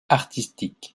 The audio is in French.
artistique